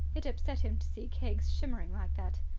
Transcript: it upset him to see keggs shimmering like that.